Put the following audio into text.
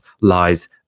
lies